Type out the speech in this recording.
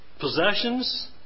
possessions